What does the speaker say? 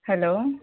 hello